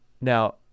now